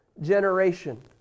generation